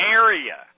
area